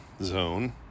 zone